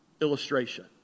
illustration